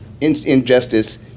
injustice